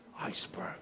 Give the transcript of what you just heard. iceberg